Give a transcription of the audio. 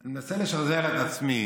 אני מנסה לשחזר לעצמי